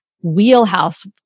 wheelhouse